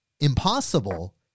impossible